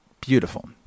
beautiful